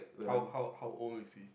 how how how old is he